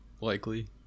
likely